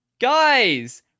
Guys